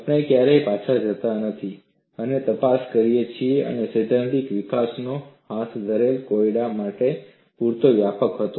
આપણે ક્યારેય પાછા જતા નથી અને તપાસ કરીએ છીએ કે સૈદ્ધાંતિક વિકાસ નો હાથધરેલ કોયડા માટે પૂરતો વ્યાપક હતો